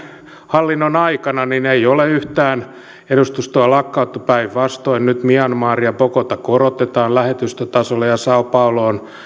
hallinnon aikana ei ole yhtään edustustoa lakkautettu päinvastoin nyt myanmar ja bogota korotetaan lähetystötasolle ja sao pauloon